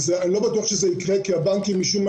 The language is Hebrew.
ואני לא בטוח שזה יקרה כי הבנקים משום מה